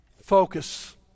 Focus